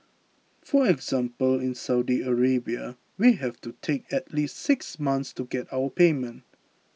for example in Saudi Arabia we have to take at least six months to get our payment